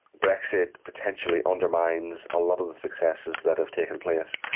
brexit potentially undermines a lot of the successes that have taken place,